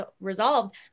resolved